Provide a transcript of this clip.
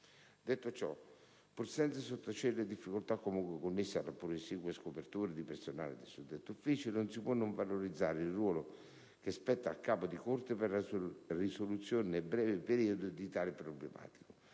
Detto ciò, pur senza sottacere le difficoltà comunque connesse alla pur esigua scopertura di personale del suddetto ufficio, non si può non valorizzare il ruolo che spetta al capo di corte per la risoluzione nel breve periodo di tali problematiche.